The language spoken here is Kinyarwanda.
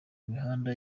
mihanda